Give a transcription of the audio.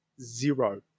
zero